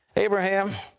abraham,